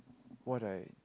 what I